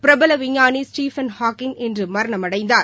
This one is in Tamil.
பிரபல விஞ்ஞானி ஸ்டீபன் ஹாக்கிங் இன்று மரணமடைந்தார்